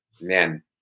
man